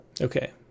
okay